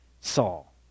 Saul